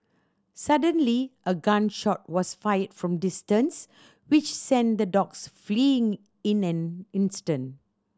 suddenly a gun shot was fired from distance which sent the dogs fleeing in an instant